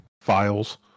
files